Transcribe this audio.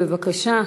בבקשה.